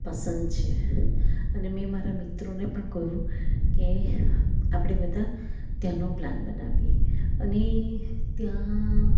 પસંદ છે અને મેં મારા મિત્રોને પણ કહ્યું કે આપણે બધાં ત્યાંનો પ્લાન બનાવીએ અને ત્યાં